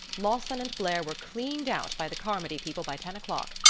lawson and blair were cleaned out by the carmody people by ten o'clock.